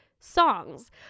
songs